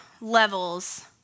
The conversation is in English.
levels